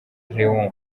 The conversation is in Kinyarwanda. leon